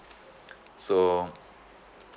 so